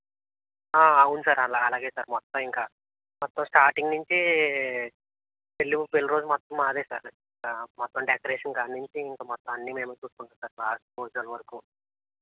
అవును సార్ అలా అలాగే సార్ మొత్తం ఇంకా మొత్తం స్టార్టింగ్ నుంచి పెళ్ళి పెళ్ళి రోజు మొత్తం మాదే సార్ మొత్తం డెకరేషన్ కాడ నుంచి ఇంకా మొత్తం అన్నీ మేము చూసుకుంటాం సార్ భా భోజనాల వరకు